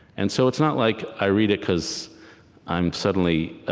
and so it's not like i read it because i'm suddenly